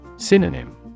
Synonym